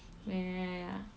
oh ya ya ya